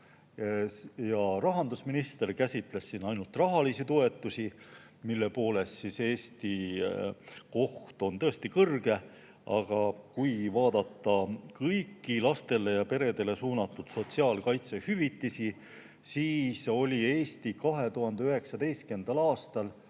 Rahandusminister käsitles siin ainult rahalisi toetusi, mille poolest Eesti koht on tõesti kõrge. Aga kui vaadata kõiki lastele ja peredele suunatud sotsiaalkaitsehüvitisi, siis oli Eesti 2019. aastal